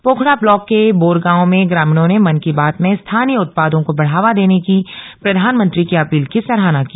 Pokhra block के बोरगांव में ग्रामीणों ने मन की बात में स्थानीय उत्पादों को बढावा देने की प्रधानमंत्री की अपील की सराहना की